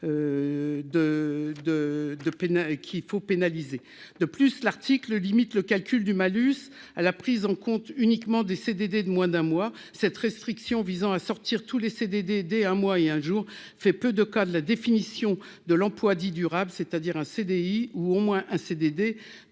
il faut pénaliser de plus l'article limite le calcul du malus à la prise en compte uniquement des CDD de moins d'un mois, cette restriction visant à sortir tous les CDD aider un mois et un jour, fait peu de cas de la définition de l'emploi dit durable, c'est-à-dire un CDI ou au moins un CDD